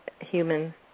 human